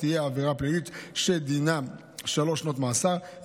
תהיה עבירה פלילית שדינה שלוש שנות מאסר,